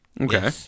Okay